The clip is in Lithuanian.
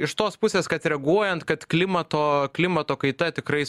iš tos pusės kad reaguojant kad klimato klimato kaita tikrai